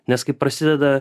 nes kaip prasideda